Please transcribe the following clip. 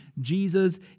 Jesus